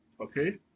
Okay